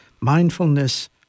Mindfulness